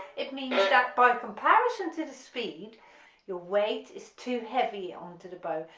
it means that by comparison to the speed your weight is too heavy onto the bow,